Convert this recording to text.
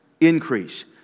increase